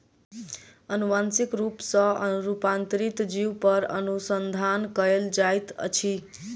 अनुवांशिक रूप सॅ रूपांतरित जीव पर अनुसंधान कयल जाइत अछि